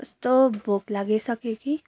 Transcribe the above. कस्तो भोक लागिसक्यो कि